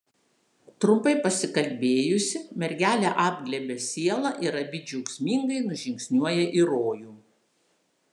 trumpai pasikalbėjusi mergelė apglėbia sielą ir abi džiaugsmingai nužingsniuoja į rojų